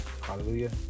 hallelujah